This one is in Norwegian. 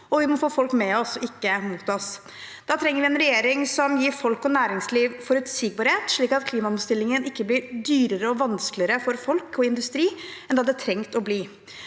vi må få folk med oss, ikke mot oss. Da trenger vi en regjering som gir folk og næringsliv forutsigbarhet, slik at klimaomstillingen ikke blir dyrere og vanskeligere for folk og industri enn den hadde trengt å bli.